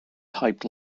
typed